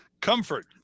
comfort